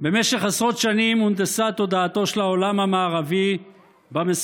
במשך עשרות שנים הונדסה תודעתו של העולם המערבי במסרים